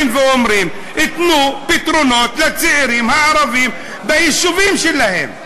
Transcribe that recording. אנחנו באים ואומרים: תנו פתרונות לצעירים הערבים ביישובים שלהם.